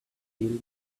fills